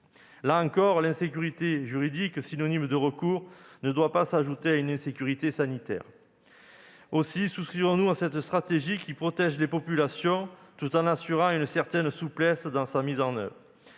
Là encore, l'insécurité juridique, synonyme de recours, ne doit pas s'ajouter à une insécurité sanitaire. Aussi souscrivons-nous à cette stratégie qui protège les populations tout en assurant une certaine souplesse dans sa mise en oeuvre.